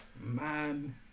man